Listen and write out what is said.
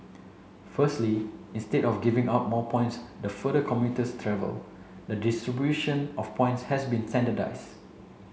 firstly instead of giving out more points the further commuters travel the distribution of points has been standardised